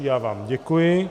Já vám děkuji.